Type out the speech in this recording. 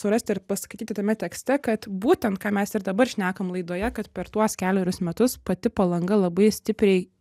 surasti ir paskaityti tame tekste kad būtent ką mes ir dabar šnekam laidoje kad per tuos kelerius metus pati palanga labai stipriai